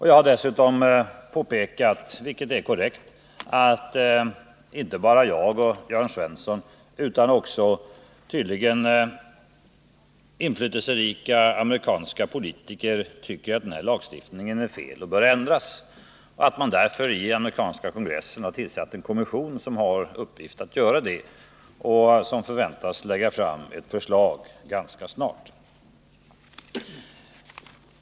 Jag har dessutom påpekat, vilket är korrekt, att inte bara jag och Jörn Svensson utan också tydligen inflytelserika amerikanska politiker tycker att den här lagstiftningen är felaktig och bör ändras och att man därför i amerikanska kongressen har tillsatt en kommission som har i uppgift att utarbeta ändringar. Kommissionen förväntas lägga fram ett förslag ganska snart.